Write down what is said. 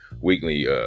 weekly